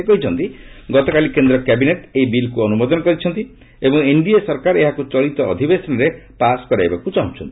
ସେ କହିଛନ୍ତି ଗତକାଲି କେନ୍ଦ୍ର କ୍ୟାବିନେଟ୍ ଏହି ବିଲ୍କୁ ଅନୁମୋଦନ କରିଛନ୍ତି ଏବଂ ଏନ୍ଡିଏ ସରକାର ଏହାକୁ ଚଳିତ ଅଧିବେଶନରେ ପାସ୍ କରାଇବାକୁ ଚାହୁଁଛନ୍ତି